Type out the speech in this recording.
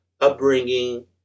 upbringing